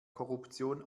korruption